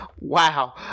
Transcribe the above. wow